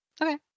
Okay